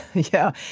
yeah,